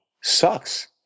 sucks